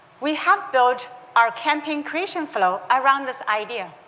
we have built our campaign creation flow around this idea.